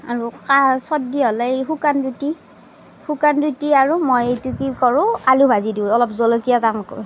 আৰু কাঁহ চৰ্দি হ'লে এই শুকান ৰুটি শুকান ৰুটি আৰু মই কি কৰো আলু ভাজি দিওঁ অলপ জলকীয়া